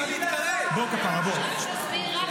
--- ידעתי שיש סיבה.